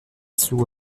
sous